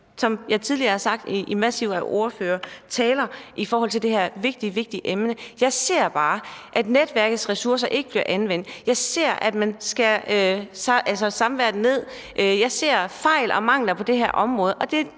som jeg også tidligere har sagt i masser af ordførertaler i forhold til det her meget vigtige emne. Jeg ser bare, at netværkets ressourcer ikke bliver anvendt, jeg ser, at man skærer samværet ned, jeg ser fejl og mangler på det her område,